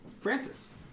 Francis